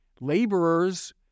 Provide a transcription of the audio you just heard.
laborers